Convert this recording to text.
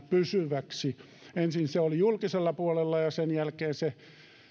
pysyväksi ensin se oli julkisella puolella ja sen jälkeen se